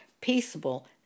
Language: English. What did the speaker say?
peaceable